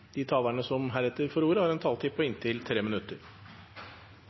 De talerne som heretter får ordet, har en taletid på inntil 3 minutter.